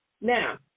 Now